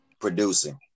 producing